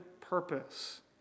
purpose